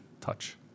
touch